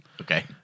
Okay